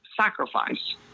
sacrifice